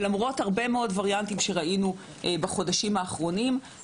למרות הרבה מאוד וריאנטים שראינו בחודשים האחרונים,